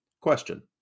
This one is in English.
Question